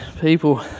people